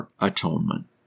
atonement